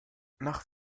nach